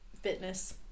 fitness